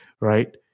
right